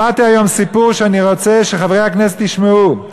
שמעתי היום סיפור שאני רוצה שחברי הכנסת ישמעו,